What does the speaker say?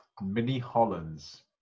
Mini-Hollands